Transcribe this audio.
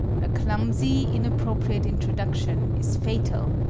a clumsy, inappropriate introduction is fatal,